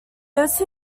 those